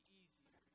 easier